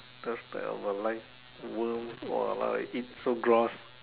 those type of a life worms !wah! like eat so gross